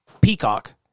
Peacock